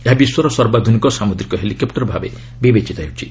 ଏହା ବିଶ୍ୱର ସର୍ବାଧୁନିକ ସାମୁଦ୍ରିକ ହେଲିକପୂର ଭାବେ ବିବେଚିତ ହେଉଛି